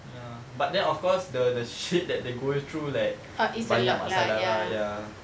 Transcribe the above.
ya but then of course the the shit that they go through like banyak masalah lah ya